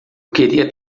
queria